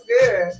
good